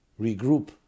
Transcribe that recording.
regroup